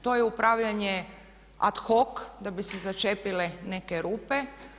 To je upravljanje ad hoc da bi se začepile neke rupe.